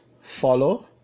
follow